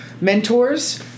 mentors